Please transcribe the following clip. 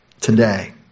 today